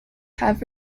have